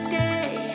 day